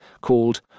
called